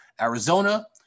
Arizona